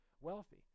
wealthy